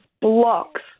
blocks